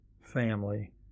family